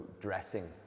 dressing